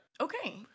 okay